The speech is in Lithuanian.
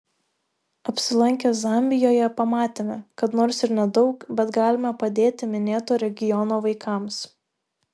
apsilankę zambijoje pamatėme kad nors ir nedaug bet galime padėti minėto regiono vaikams